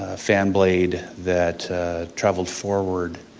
ah fan blade that traveled forward,